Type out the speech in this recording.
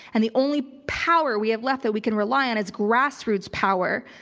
and the only power we have left that we can rely on is grassroots power.